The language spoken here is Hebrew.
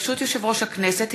ברשות יושב-ראש הכנסת,